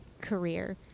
career